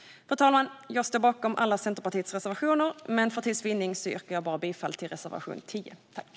Fru talman! Jag står bakom alla Centerpartiets reservationer, men för tids vinnande yrkar jag bifall bara till reservation 10.